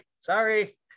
sorry